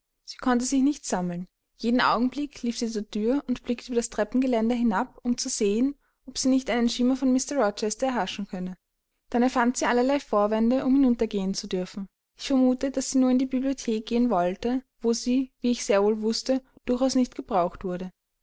sie konnte sich nicht sammeln jeden augenblick lief sie zur thür und blickte über das treppengeländer hinab um zu sehen ob sie nicht einen schimmer von mr rochester erhaschen könne dann erfand sie allerlei vorwände um hinuntergehen zu dürfen ich vermute daß sie nur in die bibliothek gehen wollte wo sie wie ich sehr wohl wußte durchaus nicht gebraucht wurde